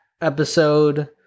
episode